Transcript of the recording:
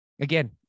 again